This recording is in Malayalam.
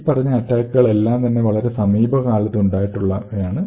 ഈ പറഞ്ഞ അറ്റാക്കുകൾ എല്ലാം തന്നെ വളരെ സമീപകാലത്ത് ഉണ്ടായിട്ടുള്ളവയാണ്